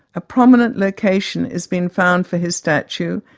a prominent location is being found for his statue,